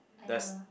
and a